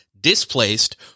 displaced